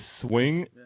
swing